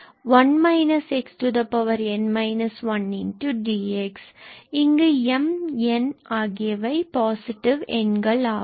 இங்கு m and n ஆகியவை positive எண்களாகும்